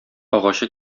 агачы